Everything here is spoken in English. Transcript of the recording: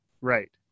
right